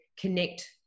connect